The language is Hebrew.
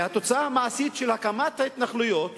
התוצאה המעשית של הקמת ההתנחלויות